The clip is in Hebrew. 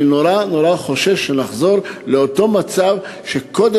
אני נורא-נורא חושש שנחזור לאותו מצב שהיה,